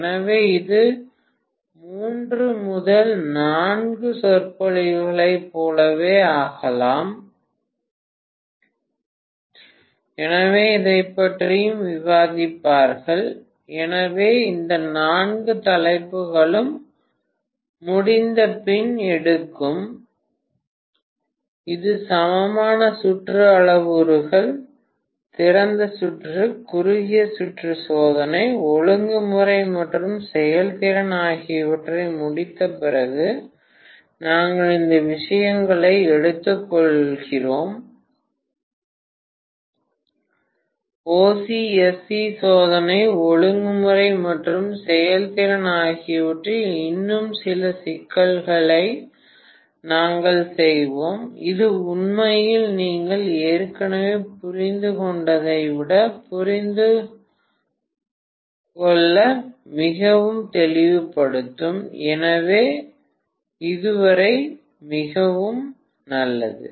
எனவே இது 3 முதல் 4 சொற்பொழிவுகளைப் போலவே ஆகலாம் எனவே இதைப் பற்றியும் விவாதிப்பார்கள் எனவே இந்த நான்கு தலைப்புகளும் முடிந்தபின் எடுக்கும் இது சமமான சுற்று அளவுருக்கள் திறந்த சுற்று குறுகிய சுற்று சோதனை ஒழுங்குமுறை மற்றும் செயல்திறன் ஆகியவற்றை முடித்த பிறகு நாங்கள் இந்த விஷயங்களை எடுத்துக்கொள்வோம் OC SC சோதனை ஒழுங்குமுறை மற்றும் செயல்திறன் ஆகியவற்றில் இன்னும் சில சிக்கல்களை நாங்கள் செய்வோம் இது உண்மையில் நீங்கள் ஏற்கனவே புரிந்து கொண்டதை விட புரிந்துகொள்ளலை மிகவும் தெளிவுபடுத்தும் எனவே இதுவரை மிகவும் நல்லது